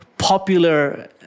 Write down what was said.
Popular